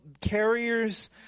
Carriers